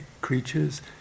creatures